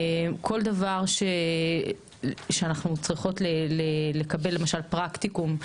כל דבר שאנחנו צריכות לקבל, למשל פרקטיקום.